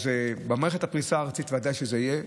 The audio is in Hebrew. במערכת הפריסה הארצית בוודאי שזה יהיה.